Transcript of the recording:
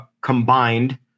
combined